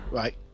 right